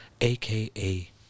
AKA